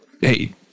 Hey